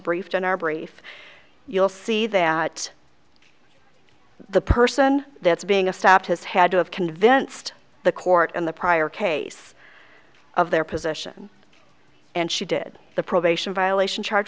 briefed in our brief you'll see that the person that's being a stop has had to have convinced the court in the prior case of their position and she did the probation violation charge